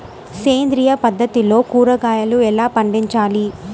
సేంద్రియ పద్ధతిలో కూరగాయలు ఎలా పండించాలి?